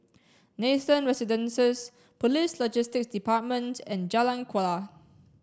Nathan Residences Police Logistics Department and Jalan Kuala